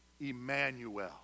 Emmanuel